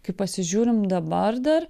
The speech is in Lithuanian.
kai pasižiūrim dabar dar